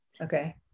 Okay